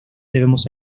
debemos